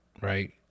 right